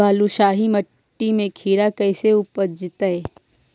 बालुसाहि मट्टी में खिरा कैसे उपजतै?